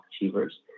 achievers